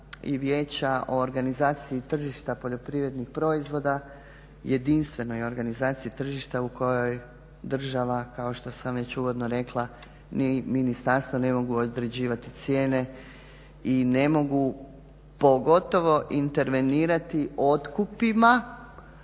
i vijeća o organizaciji tržišta poljoprivrednih proizvoda, jedinstvenoj organizaciji tržišta u kojoj država kao što sam već uvodno rekla ni ministarstva ne mogu određivati cijene i ne mogu pogotovo intervenirati otkupima